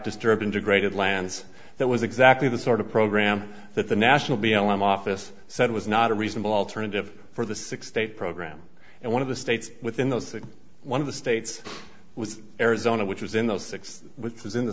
disturb integrated lands that was exactly the sort of program that the national b l m office said was not a reasonable alternative for the six day program and one of the states within those one of the states was arizona which is in those six which is in the